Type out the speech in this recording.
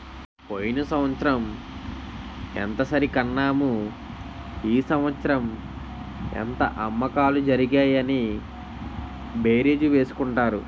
పోయిన సంవత్సరం ఎంత సరికన్నాము ఈ సంవత్సరం ఎంత అమ్మకాలు జరిగాయి అని బేరీజు వేసుకుంటారు